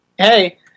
Hey